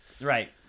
Right